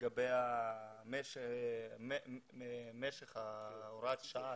לגבי משך הוראת השעה,